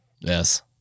Yes